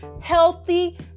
healthy